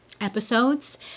episodes